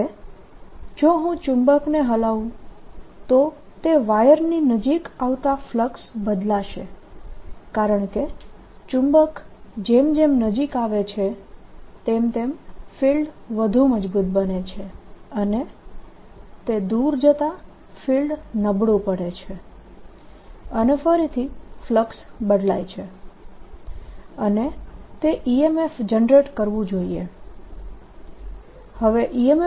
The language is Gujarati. હવે જો હું ચુંબકને હલાવું તો તે વાયરની નજીક આવતા ફલક્સ બદલાશે કારણકે ચુંબક જેમ જેમ નજીક આવે છે તેમ તેમ ફિલ્ડ વધુ મજબૂત બને છે અને તે દૂર જતા ફિલ્ડ નબળું પડે છે અને ફરીથી ફલક્સ બદલાય છે અને તે EMF જનરેટ કરવું જોઈએ